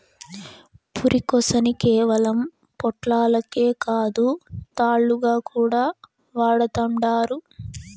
పురికొసని కేవలం పొట్లాలకే కాదు, తాళ్లుగా కూడా వాడతండారు